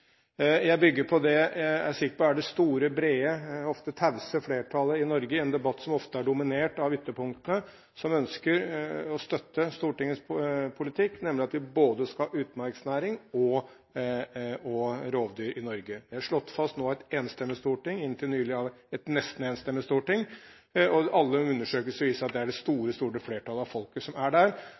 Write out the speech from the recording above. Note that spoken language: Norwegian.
Jeg bygger på det jeg er sikker på er det store, brede, ofte tause flertallet i Norge – i en debatt som ofte er dominert av ytterpunktene – som ønsker å støtte Stortingets politikk, nemlig at vi skal ha både utmarksnæring og rovdyr i Norge. Det er slått fast nå av et enstemmig storting, og inntil nylig av et nesten enstemmig storting. Alle undersøkelser viser at det er det store, store flertallet av folket som er der.